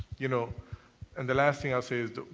you know and the last thing i'll say is